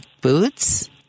boots